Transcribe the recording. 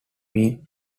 means